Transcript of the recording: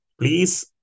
Please